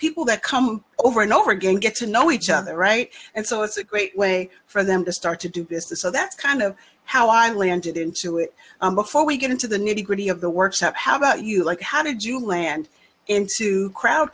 people that come over and over again get to know each other right and so it's a great way for them to start to do this so that's kind of how i landed into it before we get into the nitty gritty of the workshop how about you like how did you land into crowd